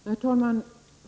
Herr talman!